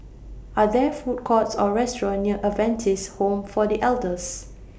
Are There Food Courts Or restaurants near Adventist Home For The Elders